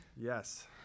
Yes